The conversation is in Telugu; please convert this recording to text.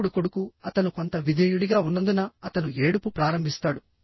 ఇప్పుడు కొడుకు అతను కొంత విధేయుడిగా ఉన్నందున అతను ఏడుపు ప్రారంభిస్తాడు